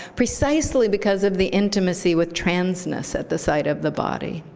precisely because of the intimacy with transness at the site of the body.